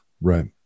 Right